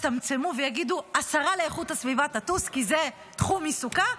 יצטמצמו ויגידו: השרה לאיכות הסביבה תטוס כי זה תחום עיסוקה,